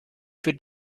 für